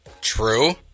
True